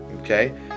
Okay